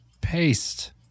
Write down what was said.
Paste